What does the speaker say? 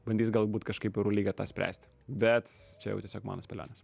bandys galbūt kažkaip eurolyga tą spręsti bet čia jau tiesiog mano spėlionės